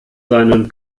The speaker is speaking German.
seinen